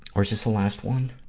or is this the last one?